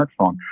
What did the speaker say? smartphone